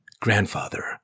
Grandfather